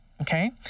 Okay